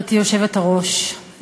גברתי היושבת-ראש,